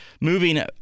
Moving